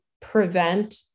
prevent